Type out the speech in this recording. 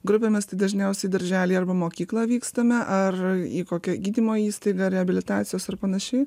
grupėmis tai dažniausiai į darželį arba mokyklą vykstame ar į kokią gydymo įstaigą reabilitacijos ir panašiai